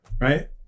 right